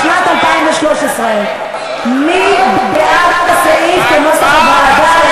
לשנת 2013. מי בעד הסעיף כנוסח הוועדה,